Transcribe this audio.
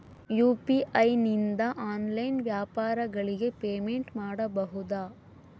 UPI ನಿಂದ online ವ್ಯಾಪಾರಗಳಿಗೆ payment ಮಾಡಬಹುದಾ?